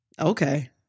Okay